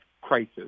crisis